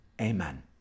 Amen